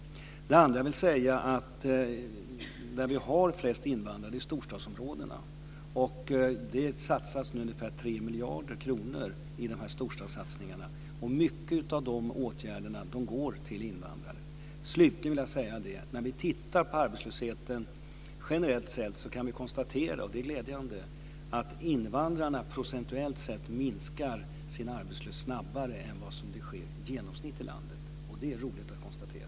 Det andra jag vill säga är att vi har flest invandrare i storstadsområdena, och det satsas ungefär 3 miljarder kronor i storstadssatsningarna. Mycket av de åtgärderna går till invandrare. Slutligen vill jag säga att när vi tittar på arbetslösheten generellt kan vi konstatera, och det är glädjande, att invandrarna procentuellt sett minskar sin arbetslöshet snabbare än genomsnittet i landet. Det är roligt att konstatera.